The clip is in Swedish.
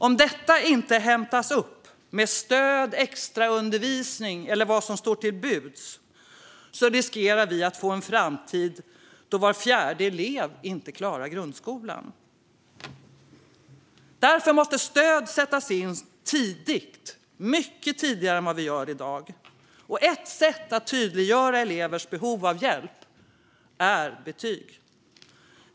Om detta inte hämtas upp med stöd, extraundervisning eller vad som står till buds riskerar vi att få en framtid där var fjärde elev inte klarar grundskolan. Därför måste stöd sättas in tidigt, mycket tidigare än vad som sker i dag. Ett sätt att tydliggöra elevers behov av hjälp är betyg.